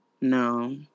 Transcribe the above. No